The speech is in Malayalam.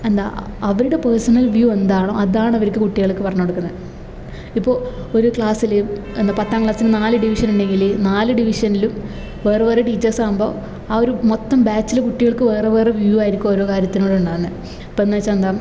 എന്താ അവരുടെ പേഴ്സണൽ വ്യൂ എന്താണോ അതാണ് അവർക്ക് കുട്ടികൾക്ക് പറഞ്ഞു കൊടുക്കുന്നത് ഇപ്പോൾ ഒരു ക്ലാസ്സില് എന്താ പത്താം ക്ലാസ്സിന് നാല് ഡിവിഷൻ ഉണ്ടെങ്കില് നാല് ഡിവിഷനിലും വേറെ വേറെ ടീച്ചേഴ്സാകുമ്പോൾ ആ ഒരു മൊത്തം ബാച്ചിലെ കുട്ടികൾക്ക് വേറെ വേറെ വ്യൂ ആയിരിക്കും ഓരോ കാര്യത്തിനോടും ഉണ്ടാവുന്നത് ഇപ്പോഴെന്ന് വെച്ചാൽ എന്താ